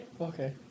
Okay